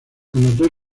anotó